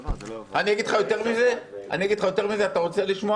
אגיד לך יותר מזה, אתה רוצה לשמוע?